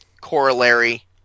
corollary